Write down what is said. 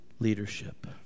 leadership